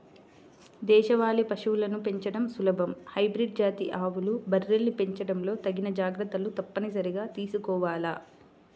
దేశవాళీ పశువులను పెంచడం సులభం, హైబ్రిడ్ జాతి ఆవులు, బర్రెల్ని పెంచడంలో తగిన జాగర్తలు తప్పనిసరిగా తీసుకోవాల